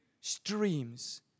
streams